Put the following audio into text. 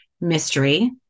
mystery